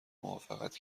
موافقت